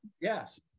yes